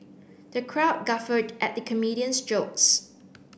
the crowd guffawed at the comedian's jokes